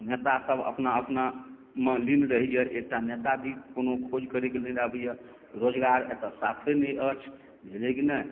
नेता सभ अपना अपनामे लीन रहैया एकटा नेता भी कोनो खोज करैके लेल नहि अबैया रोजगार एतौ साफे नहि अछि बुझलियै कि नहि